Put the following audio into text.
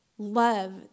love